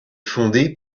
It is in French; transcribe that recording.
fondé